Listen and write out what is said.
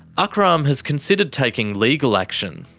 akram has considered taking legal action,